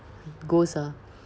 ghost ah